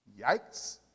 Yikes